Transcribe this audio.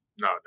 No